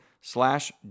slash